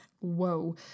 whoa